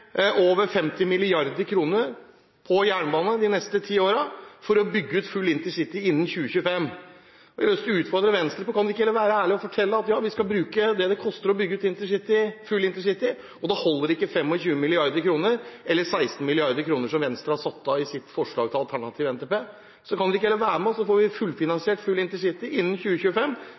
over 50 mrd. kr på jernbane de neste ti årene for å bygge ut full InterCity innen 2025. Kan ikke Venstre heller være ærlig og fortelle at de skal bruke det det koster å bygge ut full InterCity, og da holder ikke 25 mrd. kr eller 16 mrd. kr, som Venstre har satt av i sitt forslag til alternativ NTP. Kan de ikke heller være med, og så får vi fullfinansiert full InterCity innen 2025?